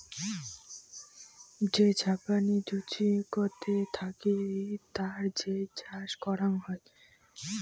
যে ঝাপনি জুচিকতে থাকি তার যেই চাষ করাং হই